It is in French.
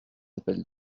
appelle